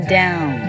down